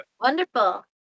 wonderful